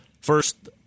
First